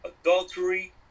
adultery